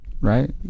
right